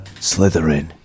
Slytherin